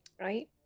right